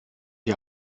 ihr